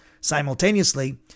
Simultaneously